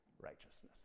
righteousness